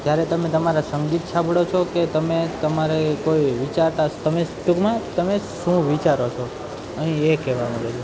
જ્યારે તમે તમારા સંગીત સાંભળો છો કે તમે તમારી કોઈ વિચારતા તમે ટૂંકમાં તમે શું વિચારો છો અહીં એ કહેવાનું હોય છે